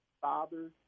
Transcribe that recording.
fathers